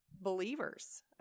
believers